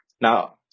Now